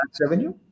revenue